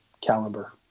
caliber